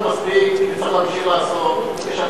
אתה רוצה, המסורת הערבית?